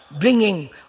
bringing